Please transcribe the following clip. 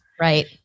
Right